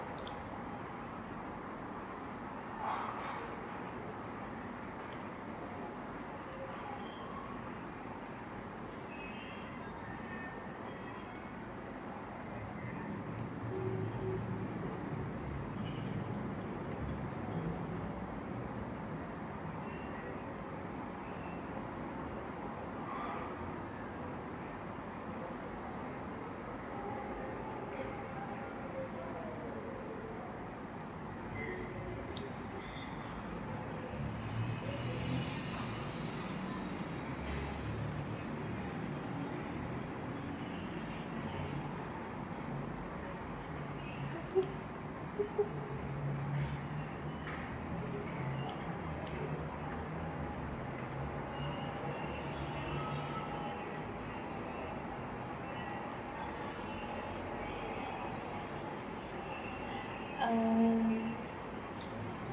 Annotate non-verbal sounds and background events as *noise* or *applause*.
*laughs* uh *noise*